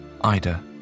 Ida